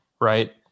right